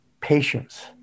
patience